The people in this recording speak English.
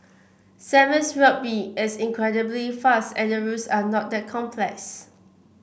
Sevens Rugby is incredibly fast and the rules are not that complex